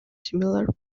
similar